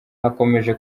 hakomeje